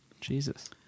Jesus